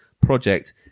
project